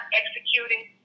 executing